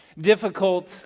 Difficult